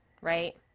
right